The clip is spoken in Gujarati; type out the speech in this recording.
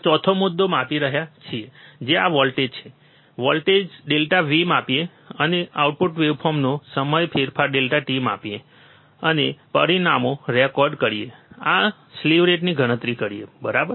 અમે ચોથો મુદ્દો માપી રહ્યા છીએ જે આ છે વોલ્ટેજ ∆V માપીએ અને આઉટપુટ વેવફોર્મનો સમય ફેરફાર ∆t માપીએ અને પરિણામો રેકોર્ડ કરીએ અને સ્લીવ રેટની ગણતરી કરીએ બરાબર